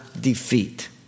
defeat